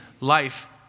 life